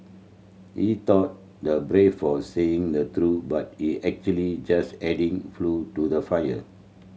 he thought the brave for saying the truth but he actually just adding flue to the fire